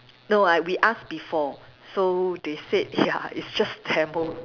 no I we ask before so they said ya it's just demo